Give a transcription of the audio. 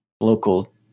local